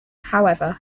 however